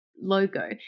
logo